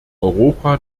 europa